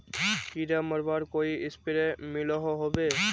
कीड़ा मरवार कोई स्प्रे मिलोहो होबे?